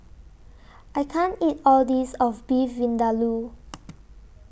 I can't eat All This of Beef Vindaloo